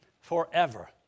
Forever